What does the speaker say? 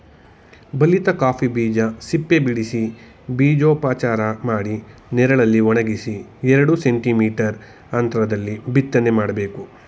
ಬಲಿತ ಕಾಫಿ ಬೀಜ ಸಿಪ್ಪೆಬಿಡಿಸಿ ಬೀಜೋಪಚಾರ ಮಾಡಿ ನೆರಳಲ್ಲಿ ಒಣಗಿಸಿ ಎರಡು ಸೆಂಟಿ ಮೀಟರ್ ಅಂತ್ರದಲ್ಲಿ ಬಿತ್ತನೆ ಮಾಡ್ಬೇಕು